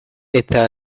eta